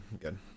good